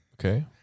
Okay